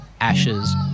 Ashes